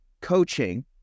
coaching